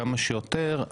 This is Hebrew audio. כמה שיותר.